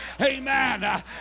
Amen